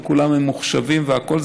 וכולם ממוחשבים והכול,